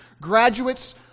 Graduates